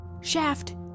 Shaft